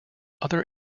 other